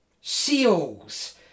seals